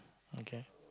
okay